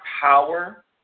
power